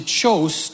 chose